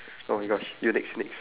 oh my gosh you next next